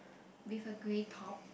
with a grey top